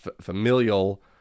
familial